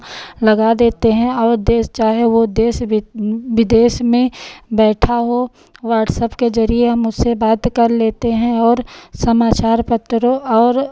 लगा देते हैं और देश चाहे वह देश विदेश में बैठा हो वाट्सअप के जरिए हम उससे बात कर लेते हैं और समाचार पत्र और